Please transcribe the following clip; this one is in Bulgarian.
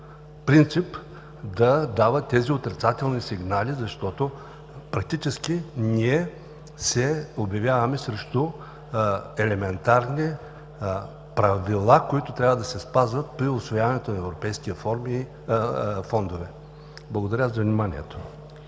принцип, да дава тези отрицателни сигнали, защото практически ние се обявяваме срещу елементарни правила, които трябва да се спазват при усвояването на европейски фондове. Благодаря за вниманието.